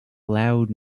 loud